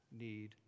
need